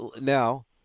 Now